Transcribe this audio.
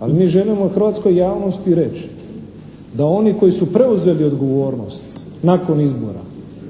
ali mi želimo hrvatskoj javnosti reći da oni koji su preuzeli odgovornost nakon izbora,